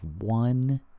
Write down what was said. one